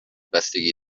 بستگی